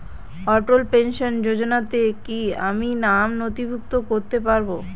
অটল pension যোজনাতে কি আমি নাম নথিভুক্ত করতে পারবো?